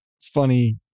funny